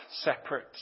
separate